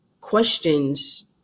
questions